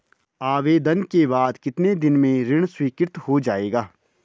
आवेदन के बाद कितने दिन में ऋण स्वीकृत हो जाएगा?